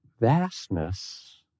vastness